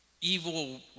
evil